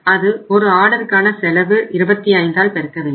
அதை ஒரு ஆர்டருக்கான செலவு 25 ஆல் பெருக்க வேண்டும்